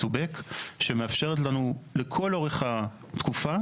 שמאפשר לנו לכל אורך התקופה,